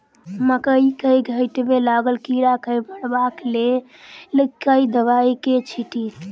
मकई केँ घेँट मे लागल कीड़ा केँ मारबाक लेल केँ दवाई केँ छीटि?